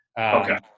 Okay